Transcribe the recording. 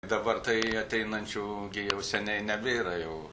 dabar tai ateinančių gi jau seniai nebėra jau